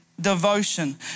devotion